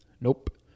Nope